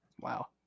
Wow